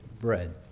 bread